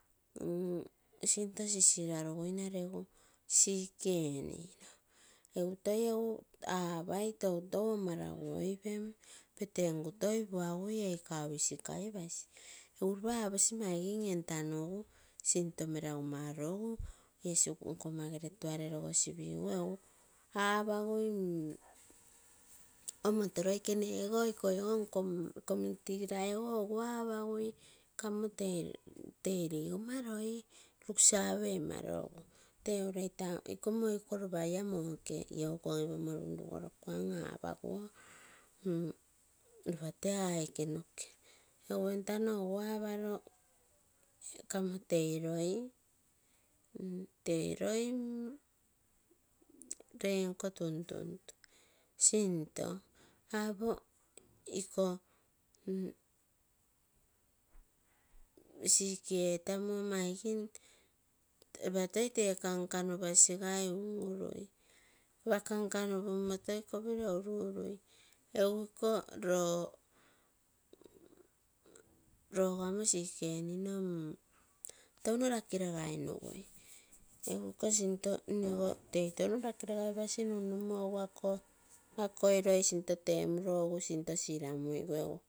Sinto sisiraruguina regu sick enino egutoi apai petengui toi puagui eiko aa mara isikai pasi, egu apagui loikene ogo nkoma community gilia egu apagui kamo nkoma tei ripoma loi luksave omaroo, iko loi iko ropa iaa moo kogi pimo run rugo toto puguine apakuo ropa tee aike nokee, egu entano egu aparoo kamo tei loi, loinko tuntuntu sinto apoo ikoo sick entamo maigim ropa tee kankanupasi un unelui logo amo sick enino tounonakinagai nugui egu ikoo sinto nego tei touno rakiragai paisi nun numo akoi loi sinto temuro egu sinto siramuliroo.